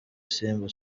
simba